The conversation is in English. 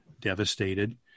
devastated